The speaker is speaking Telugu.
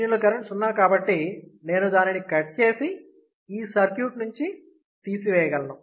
దీనిలో కరెంట్ సున్నా కాబట్టి నేను దానిని కట్ చేసి ఈ సర్క్యూట్ నుండి తీసివేయగలను